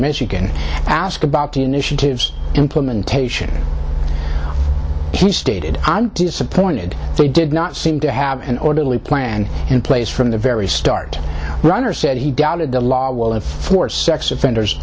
michigan asked about the initiatives implementation he stated i'm disappointed they did not seem to have an orderly plan in place from the very start runner said he doubted the law will have forced sex offenders